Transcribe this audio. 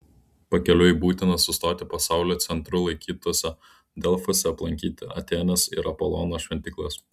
pakeliui būtina sustoti pasaulio centru laikytuose delfuose aplankyti atėnės ir apolono šventyklas